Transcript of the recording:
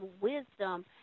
wisdom